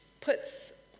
puts